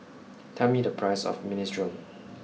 tell me the price of Minestrone